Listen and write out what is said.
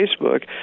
Facebook